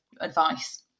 advice